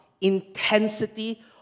intensity